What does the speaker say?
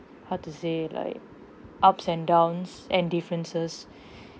how to say like ups and downs and differences